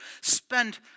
spend